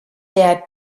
der